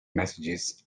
messages